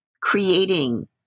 creating